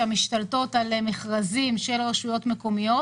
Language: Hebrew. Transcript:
משתלטות על מכרזים של רשויות מקומיות